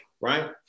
right